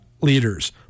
leaders